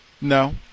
no